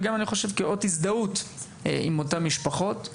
וגם אני חושב כאות הזדהות עם אותן משפחות.